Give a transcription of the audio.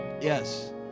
Yes